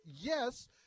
Yes